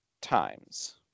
times